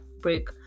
break